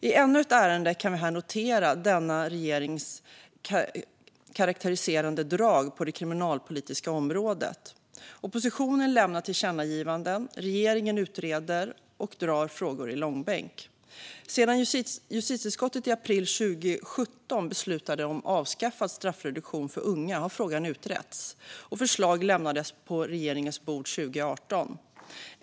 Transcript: I ännu ett ärende kan vi här notera denna regerings karakteriserande drag på det kriminalpolitiska området. Oppositionen lämnar tillkännagivanden, och regeringen utreder och drar frågor i långbänk. Sedan justitieutskottet i april 2017 beslutade om en avskaffad straffreduktion för unga har frågan utretts, och förslag lämnades på regeringens bord 2018.